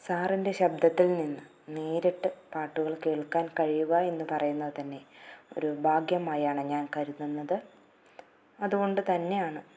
സാറിൻ്റെ ശബ്ദത്തിൽ നിന്ന് നേരിട്ട് പാട്ടുകൾ കേൾക്കാൻ കഴിയുക എന്നു പറയുന്നതുതന്നെ ഒരു ഭാഗ്യമായാണ് ഞാൻ കരുതുന്നത് അതുകൊണ്ടുതന്നെയാണ്